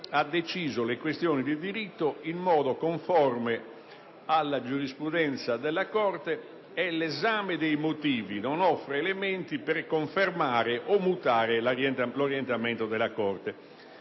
ha deciso le questioni di diritto in modo conforme alla giurisprudenza della Corte e l'esame dei motivi non offre elementi per confermare o mutare l'orientamento della stessa.